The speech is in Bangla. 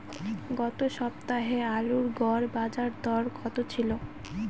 গত সপ্তাহে আলুর গড় বাজারদর কত ছিল?